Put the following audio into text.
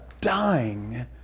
dying